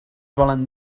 volen